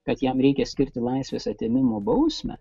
kad jam reikia skirti laisvės atėmimo bausmę